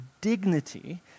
dignity